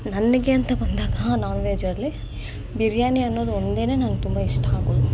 ನನಗೆ ಅಂತ ಬಂದಾಗ ನಾನ್ ವೆಜಲ್ಲಿ ಬಿರ್ಯಾನಿ ಅನ್ನೋದು ಒಂದೇನೆ ನನ್ಗೆ ತುಂಬ ಇಷ್ಟ ಆಗೋದು